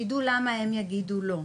שידעו למה הם יגידו לא.